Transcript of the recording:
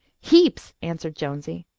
heaps, answered jonesy.